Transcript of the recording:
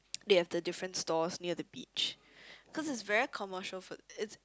they have the different stalls near the beach cause it's very commercial for it's